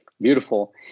Beautiful